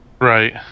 Right